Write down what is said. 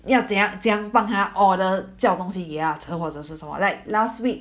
你要怎样怎样帮她 order 叫东西给她吃或者是什么 like last week